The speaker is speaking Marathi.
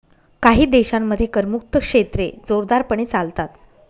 काही देशांमध्ये करमुक्त क्षेत्रे जोरदारपणे चालतात